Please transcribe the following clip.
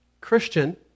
Christian